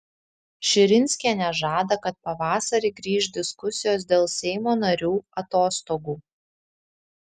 širinskienė žada kad pavasarį grįš diskusijos dėl seimo narių atostogų